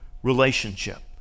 Relationship